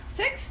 six